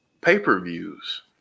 pay-per-views